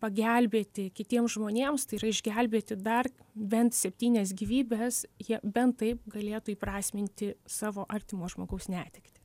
pagelbėti kitiems žmonėms tai yra išgelbėti dar bent septynias gyvybes jie bent taip galėtų įprasminti savo artimo žmogaus netektį